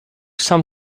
some